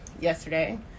yesterday